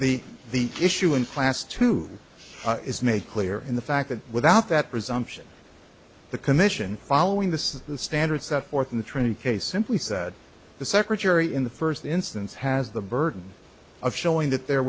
the the issue in class two is made clear in the fact that without that presumption the commission following this is the standard set forth in the training case simply said the secretary in the first instance has the burden of showing that there